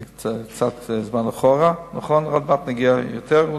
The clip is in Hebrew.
זה קצת זמן אחורה, נכון, עוד מעט נגיע אחורה יותר,